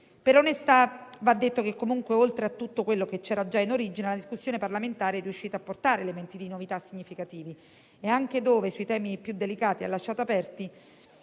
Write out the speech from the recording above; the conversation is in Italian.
Per onestà va detto che, oltre a tutto quello che c'era già in origine, la discussione parlamentare è riuscita a portare elementi di novità significativi e, anche sui temi più delicati in cui ha lasciato aperti